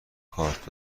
کارت